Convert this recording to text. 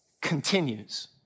continues